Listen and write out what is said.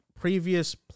previous